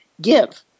give